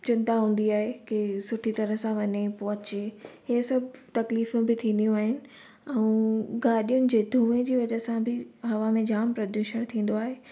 चिंता हूंदी आहे की सुठी तरहां सां वञे पोहचे हीअ सभु तकलीफ़ बि थींदियूं आहिनि ऐं गाॾीयुनि जे धूंए जी वज़ह सां बि हवा में जाम प्रदूषण थींदो आहे